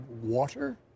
water